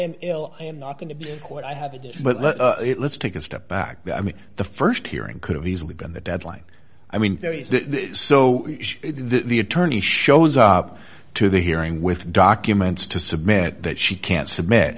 but let's take a step back i mean the st hearing could have easily been the deadline i mean so the attorney shows up to the hearing with documents to submit that she can submit